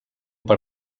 per